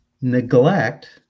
neglect